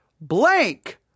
blank